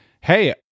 hey